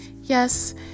Yes